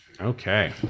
Okay